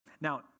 Now